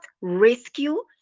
rescue